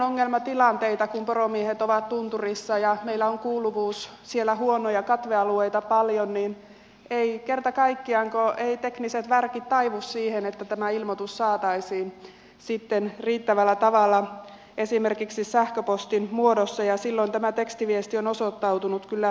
kun poromiehet ovat tunturissa ja meillä on kuuluvuus siellä huono ja katvealueita paljon niin eivät kerta kaikkiaan tekniset värkit taivu siihen että tämä ilmoitus saataisiin sitten riittävällä tavalla esimerkiksi sähköpostin muodossa ja silloin tämä tekstiviesti on osoittautunut kyllä toimivammaksi